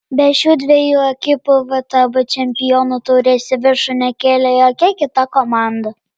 be šių dviejų ekipų vtb čempionų taurės į viršų nekėlė jokia kita komanda